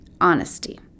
honesty